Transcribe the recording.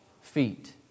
feet